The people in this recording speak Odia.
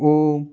ଓ